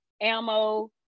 ammo